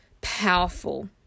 powerful